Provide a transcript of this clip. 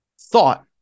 thought